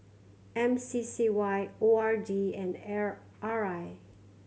M C C Y O R D and L R I